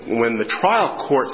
when the trial court